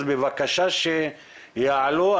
בבקשה שיעלו.